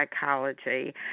psychology